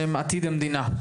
שהם עתיד המדינה.